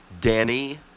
Danny